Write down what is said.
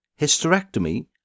hysterectomy